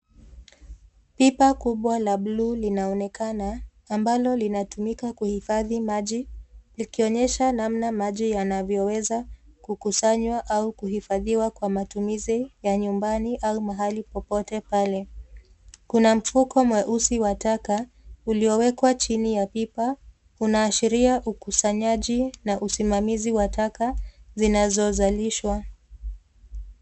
Pipa kubwa la blue linaonekana ambalo linatumika kuhifadhi maji, likionyesha namna maji yanavyoweza kukusanywa au kuhifadhiwa kwa matumizi ya nyumbani au mahali popote pale. Kuna mfuko mweusi wa taka uliowekwa chini ya pipa. Unaashiria ukusanyaji na usimamizi wa taka zinazozalishwa.